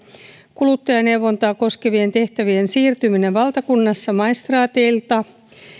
kuluttajaneuvontaa koskevien tehtävien siirtyminen valtakunnassa maistraateilta